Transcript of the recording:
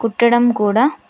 కుట్టడం కూడా